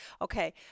Okay